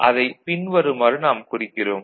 அதைப் பின்வருமாறு நாம் குறிக்கிறோம்